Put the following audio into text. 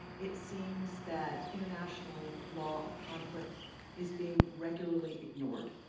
it seems that international law of conflict is being regularly ignored.